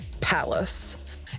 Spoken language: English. palace